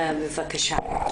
בבקשה.